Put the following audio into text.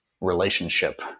relationship